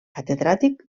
catedràtic